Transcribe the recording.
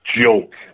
joke